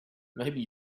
maybe